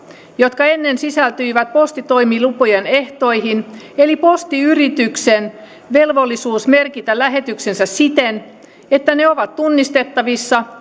jotka ennen sisältyivät postitoimilupien ehtoihin eli postiyrityksen velvollisuus merkitä lähetyksensä siten että ne ovat tunnistettavissa